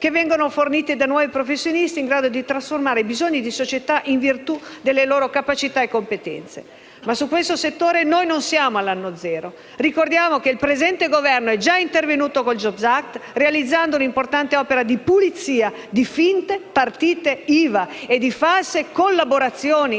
che vengono loro forniti dai nuovi professionisti in grado di trasformare i bisogni della società in virtù delle loro capacità e competenze. Su questo settore non siamo all'anno zero. È bene ricordare che il presente Governo è già intervenuto con il *jobs act* realizzando un'importante opera di pulizia delle finte partite IVA e false collaborazioni,